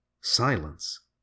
Silence